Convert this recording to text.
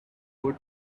good